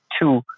two